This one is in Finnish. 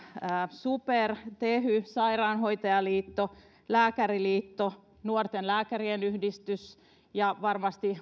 super tehy sairaanhoitajaliitto lääkäriliitto nuorten lääkärien yhdistys ja varmasti